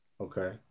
Okay